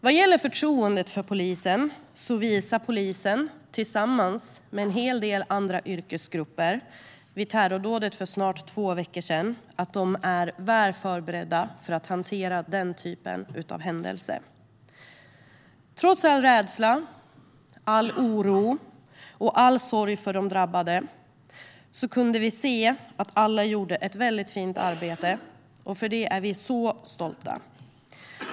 Vad gäller förtroende visade polisen tillsammans med en hel del andra yrkesgrupper vid terrordådet för snart två veckor sedan att de är väl förberedda för att hantera den typen av händelse. Trots all rädsla, oro och sorg för de drabbade kunde vi se att alla gjorde ett mycket fint arbete. För det är vi så stolta.